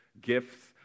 gifts